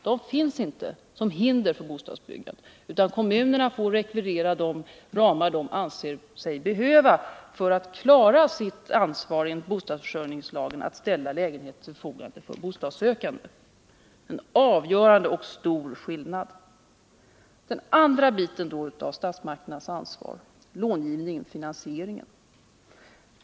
De finns inte längre som hinder för bostadsbyggande, utan kommunerna får rekvirera vad de anser sig behöva för att klara sitt ansvar enligt bostadsförsörjningslagen att ställa lägenheter till förfogande för bostadssökande. Det är en avgörande och stor skillnad. Den andra biten av statsmakternas ansvar gäller långivningen, alltså finansieringen.